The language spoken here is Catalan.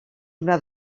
una